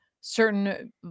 certain